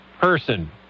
person